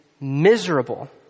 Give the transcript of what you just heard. miserable